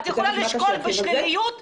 תכף משה ירחיב על כך.